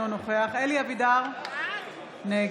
אינו נוכח אלי אבידר, נגד